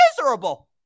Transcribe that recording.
Miserable